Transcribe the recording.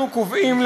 אנחנו קובעים,